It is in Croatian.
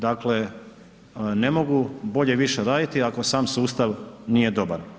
Dakle, ne mogu bolje i više raditi, ako sam sustav nije dobar.